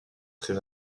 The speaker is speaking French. très